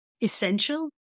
essential